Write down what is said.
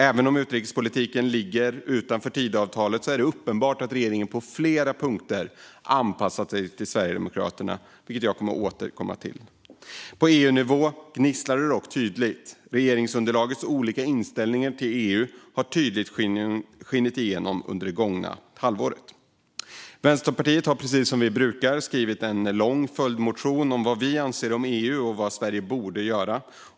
Även om utrikespolitiken ligger utanför Tidöavtalet är det uppenbart att regeringen på flera punkter anpassat sig till Sverigedemokraterna, vilket jag kommer att återkomma till. På EU-nivå gnisslar det dock tydligt. Regeringsunderlagets olika inställningar till EU har tydligt skinit igenom under det gångna halvåret. Vi i Vänsterpartiet har precis som vi brukar skrivit en lång följdmotion om vad vi anser om EU och vad Sverige borde göra.